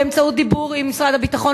באמצעות דיבור עם משרד הביטחון.